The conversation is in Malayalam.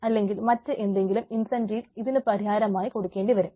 അല്ലെങ്കിൽ മറ്റ് എന്തെങ്കിലും ഇൻസെൻററീവ് ഇതിനു പരിഹാരമായി കൊടുക്കേണ്ടിവരും